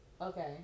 Okay